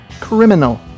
criminal